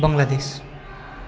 Bangladesh